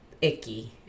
icky